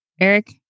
Eric